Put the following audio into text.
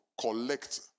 collect